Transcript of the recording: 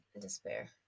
Despair